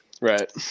right